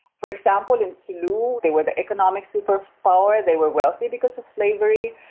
for example, in sulu they were the economic superpower, they were wealthy because of slavery.